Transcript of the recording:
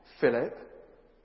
Philip